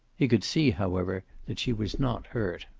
he could see, however, that she was not hurt.